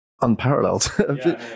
unparalleled